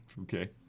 Okay